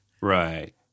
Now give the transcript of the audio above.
right